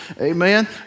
Amen